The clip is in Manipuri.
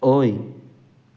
ꯑꯣꯏ